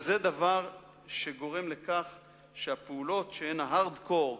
זה דבר שגורם לכך שפעולות שהן ה-hardcore,